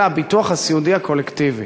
אלא הביטוח הסיעודי הקולקטיבי.